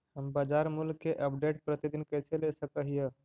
हम बाजार मूल्य के अपडेट, प्रतिदिन कैसे ले सक हिय?